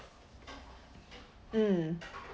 mm